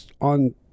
on